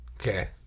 Okay